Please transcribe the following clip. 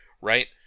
right